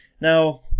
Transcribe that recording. Now